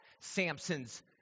Samson's